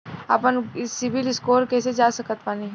आपन सीबील स्कोर कैसे जांच सकत बानी?